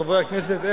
חברי הכנסת,